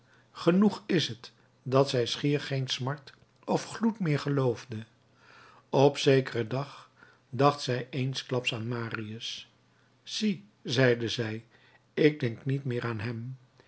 genoeg is het dat zij schier geen smart of gloed meer gevoelde op zekeren dag dacht zij eensklaps aan marius zie zeide zij ik denk niet meer aan hem